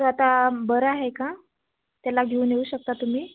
तर आता बरं आहे का त्याला घेऊन येऊ शकता तुम्ही